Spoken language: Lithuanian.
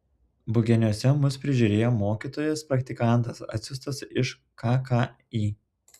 bugeniuose mus prižiūrėjo mokytojas praktikantas atsiųstas iš kki